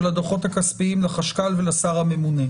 הדוחות הכספיים לחשכ"ל ולשר הממונה.